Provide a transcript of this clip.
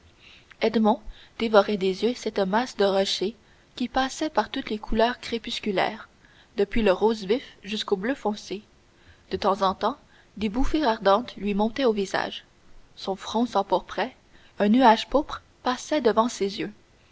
dévorait des yeux cette masse de rochers qui passait par toutes les couleurs crépusculaires depuis le rose vif jusqu'au bleu foncé de temps en temps des bouffées ardentes lui montaient au visage son front s'empourprait un nuage pourpre passait devant ses yeux